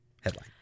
headline